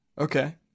Okay